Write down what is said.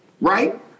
right